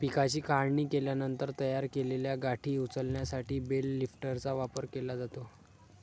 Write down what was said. पिकाची काढणी केल्यानंतर तयार केलेल्या गाठी उचलण्यासाठी बेल लिफ्टरचा वापर केला जातो